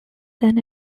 than